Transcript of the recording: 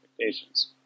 expectations